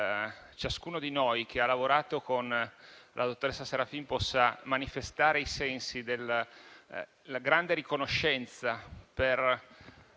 ciascuno di noi che ha lavorato con la dottoressa Serafin possa manifestarle la grande riconoscenza per